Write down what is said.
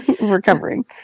Recovering